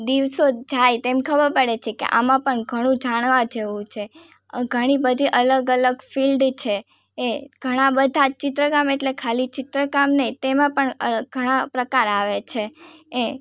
દિવસો જાય તેમ ખબર પડે છે કે આમાં પણ ઘણું જાણવા જેવું છે ઘણી બધી અલગ અલગ ફિલ્ડ છે એ ઘણાં બધાં ચિત્રકામ એટલે ખાલી ચિત્રકામ નહીં તેમાં પણ ઘણા પ્રકાર આવે છે એ